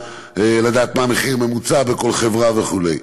לדעת מה המחיר הממוצע בכל חברה וכו'.